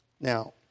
Now